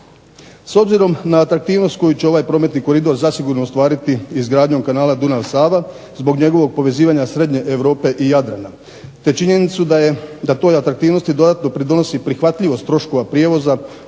S obzirom na atraktivnost koju će ovaj prometni koridor zasigurno ostvariti izgradnjom kanala Dunav – Sava zbog njegovog povezivanja srednje Europe i Jadrana, te činjenicu da je, da toj atraktivnosti dodatno pridonosi prihvatljivost troškova prijevoza